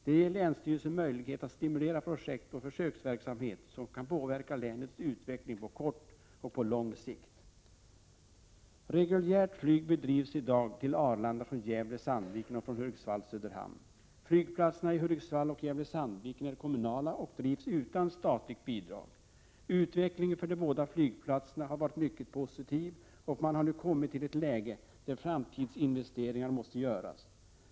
Det ger länsstyrelsen möjlighet att stimulera projekt och försöksverksamhet som kan påverka länets utveckling på kort och på lång sikt. Reguljärt flyg drivs i dag till Arlanda från Gävle Söderhamn. Flygplatserna i Hudiksvall och Gävle/Sandviken är kommunala och drivs utan statligt bidrag. Utvecklingen för de båda flygplatserna har varit positiv. Man har nu kommit till ett läge där framtidsinvesteringar måste göras.